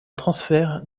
transfert